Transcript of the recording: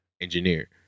engineer